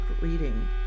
reading